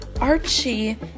Archie